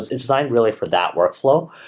it's it's designed really for that workflow.